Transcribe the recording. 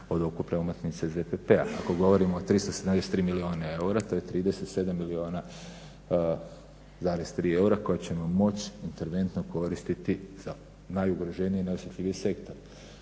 od ukupne omotnice ZPP-a. Ako govorimo o 317,3 milijuna eura, to je 37 milijuna zarez 3 eura koja ćemo moć interventno koristiti za najugroženije i najosjetljivije sektore.